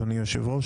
אדוני יושב הראש,